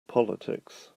politics